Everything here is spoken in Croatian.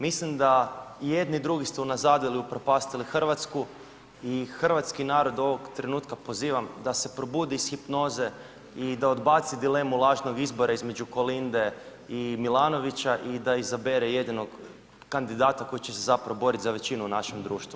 Mislim da i jedni i drugi ste unazadili i upropastili Hrvatsku i hrvatski narod ovog trenutka pozivam da se probudi iz hipnoze i da odbaci dilemu lažnog izbora između Kolinde i Milanovića i da izabere jedinog kandidata koji će se zapravo borit za većinu u našem društvu, hvala.